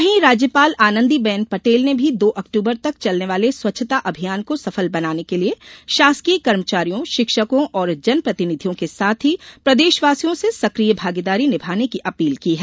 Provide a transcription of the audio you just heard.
वहीं राज्यपाल आनंदी बेन पटेल ने भी दो अक्टूबर तक चलने वाले स्वच्छता अभियान को सफल बनाने के लिये शासकीय कर्मचारियोंशिक्षकों और जनप्रतिनिधियों के साथ ही प्रदेशवासियों से सकिय भागीदारी निभाने की अपील की है